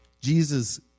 Jesus